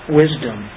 wisdom